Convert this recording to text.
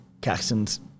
Caxton's